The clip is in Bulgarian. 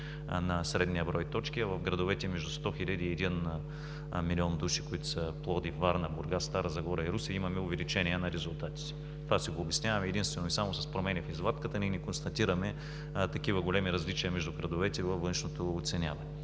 на средния брой точки, а в градовете между сто хиляди и един милион души, които са Пловдив, Варна, Бургас, Стара Загора и Русе, имаме увеличение на резултатите. Това си го обясняваме единствено и само с промени в извадката. Ние не констатираме такива големи различия между градовете във външното оценяване.